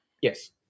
Yes